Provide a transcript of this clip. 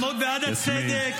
מה זה קשור?